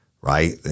right